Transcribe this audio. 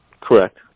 Correct